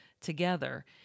together